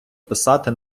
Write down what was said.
писати